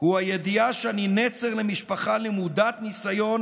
הוא הידיעה שאני נצר למשפחה למודת ניסיון